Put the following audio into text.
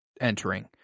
entering